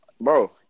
Bro